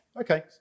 Okay